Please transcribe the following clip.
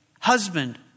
husband